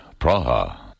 Praha